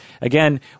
Again